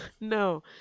No